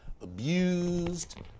abused